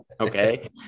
okay